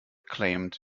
claimed